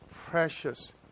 precious